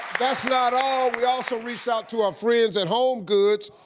that's not all. we also reached out to our friends at homegoods,